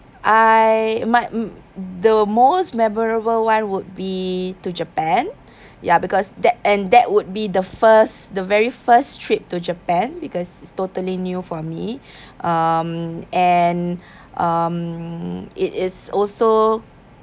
I might m~ the most memorable one would be to japan ya because that and that would be the first the very first trip to japan because it's totally new for me um and um it is also